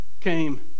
came